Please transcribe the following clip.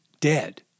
dead